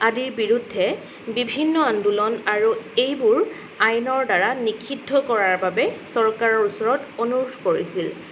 আদিৰ বিৰুদ্ধে বিভিন্ন আন্দোলন আৰু এইবোৰ আইনৰ দ্বাৰা নিষিদ্ধ কৰাৰ বাবে চৰকাৰৰ ওচৰত অনুৰোধ কৰিছিল